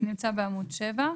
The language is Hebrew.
שנמצא בעמוד 7: